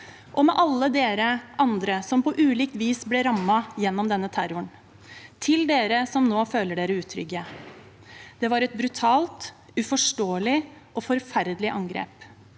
og med alle de andre som på ulikt vis ble rammet gjennom denne terroren. Til dem som nå føler seg utrygge: Det var et brutalt, uforståelig og forferdelig angrep.